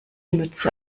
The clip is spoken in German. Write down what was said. mütze